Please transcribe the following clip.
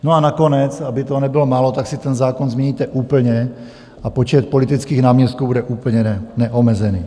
A nakonec, aby toho nebylo málo, tak si ten zákon změníte úplně a počet politických náměstků bude úplně neomezený.